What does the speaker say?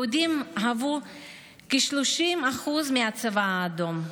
יהודים היו כ-30% מהצבא האדום.